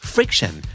Friction